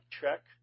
check